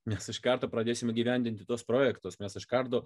mes iš karto pradėsim įgyvendinti tuos projektus mes iš karto